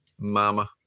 Mama